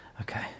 Okay